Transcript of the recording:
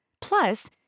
Plus